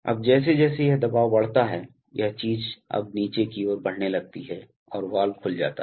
अब जैसे जैसे यह दबाव बढ़ता है यह चीज़ अब नीचे की ओर बढ़ने लगती है और वाल्व खुल जाता है